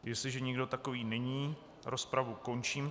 Jestliže nikdo takový není, rozpravu končím.